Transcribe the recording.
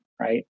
Right